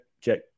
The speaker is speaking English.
check